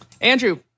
Andrew